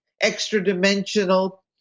extra-dimensional